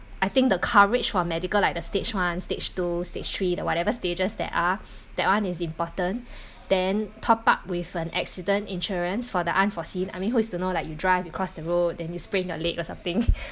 I think the coverage for medical like the stage one stage two stage three the whatever stages there are that one is important then top up with an accident insurance for the unforeseen I mean who is to know like you drive you cross the road then you sprain your leg or something